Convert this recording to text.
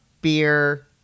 Beer